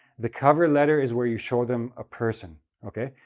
the cover letter is where you show them a person, okay?